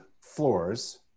floors